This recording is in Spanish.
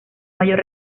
mayor